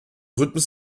rhythmus